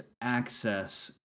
access